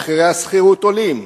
מחירי השכירות עולים,